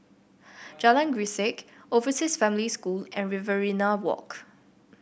Jalan Grisek Overseas Family School and Riverina Walk